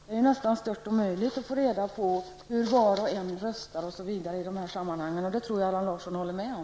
Det är nästan stört omöjligt att få reda på hur var och en röstar osv. i dessa sammanhang. Det tror jag Allan Larsson håller med om.